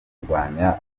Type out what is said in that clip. kurwanya